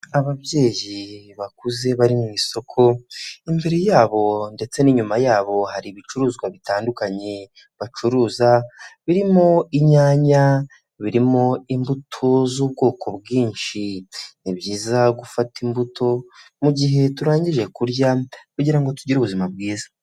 Ababyeyi bakuze bari mu isoko imbere yabo ndetse n'inyuma yabo hari ibicuruzwa bitandukanye bacuruza birimo inyanya, birimo imbuto z'ubwoko bwinshi. Ni byiza gufata imbuto mu gihe turangije kurya kugira ngo tugire ubuzima bwiza.